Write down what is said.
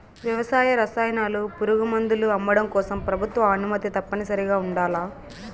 వ్యవసాయ రసాయనాలు, పురుగుమందులు అమ్మడం కోసం ప్రభుత్వ అనుమతి తప్పనిసరిగా ఉండల్ల